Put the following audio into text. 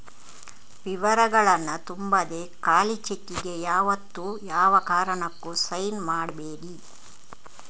ವಿವರಗಳನ್ನ ತುಂಬದೆ ಖಾಲಿ ಚೆಕ್ಕಿಗೆ ಯಾವತ್ತೂ ಯಾವ ಕಾರಣಕ್ಕೂ ಸೈನ್ ಮಾಡ್ಬೇಡಿ